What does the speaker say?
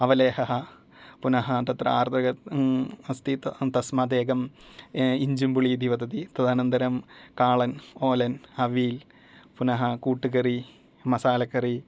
अवलेहः पुनः तत्र अर्द्र अस्ति तस्मात् एकम् इञ्जिम्बुली इति वदति तदनन्तरम् कालन् ओलन् अवील् पुनः कूट् करी मसालक्करी